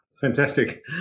fantastic